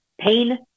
pain